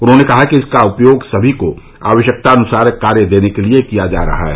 उन्होंने कहा कि इसका उपयोग समी को आवश्यकतानुसार कार्य देने के लिए किया जा रहा है